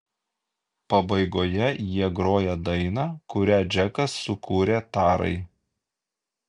pabaigoje jie groja dainą kurią džekas sukūrė tarai